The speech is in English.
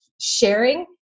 sharing